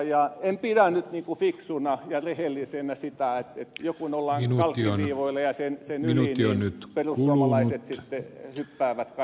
en pidä nyt fiksuna ja rehellisenä sitä että jo kun ollaan kalkkiviivoilla ja sen yli niin perussuomalaiset sitten hyppäävät karsinasta pois